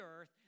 earth